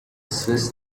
swiss